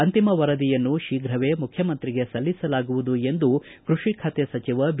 ಅಂತಿಮ ವರದಿಯನ್ನು ಶೀಘವೇ ಮುಖ್ಯಮಂತ್ರಿಗೆ ಸಲ್ಲಿಸಲಾಗುವುದು ಎಂದು ಕೃಷಿ ಖಾತೆ ಸಚಿವ ಬಿ